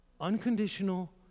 unconditional